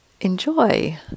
enjoy